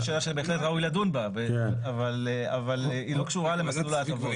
זו שאלה שבהחלט ראוי לדון בה אבל היא לא קשורה למסלול ההטבות.